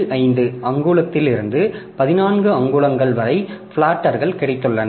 85 அங்குலத்திலிருந்து 14 அங்குலங்கள் வரை பிளாட்டர்கள் கிடைத்துள்ளன